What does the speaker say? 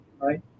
right